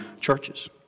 churches